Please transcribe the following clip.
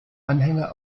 anhänger